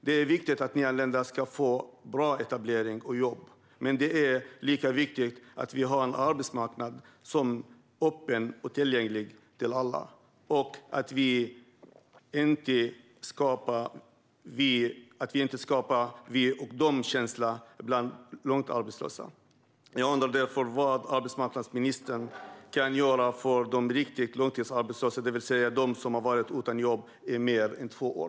Det är viktigt att nyanlända ska få bra etablering och jobb, men det är lika viktigt att vi har en arbetsmarknad som är öppen och tillgänglig för alla och att vi inte skapar en vi-och-de-känsla bland långtidsarbetslösa. Jag undrar därför vad arbetsmarknadsministern kan göra för dem som har varit långtidsarbetslösa och varit det riktigt länge, det vill säga i mer än två år.